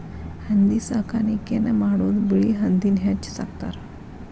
ಹಂದಿ ಸಾಕಾಣಿಕೆನ ಮಾಡುದು ಬಿಳಿ ಹಂದಿನ ಹೆಚ್ಚ ಸಾಕತಾರ